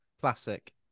Classic